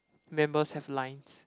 members have lines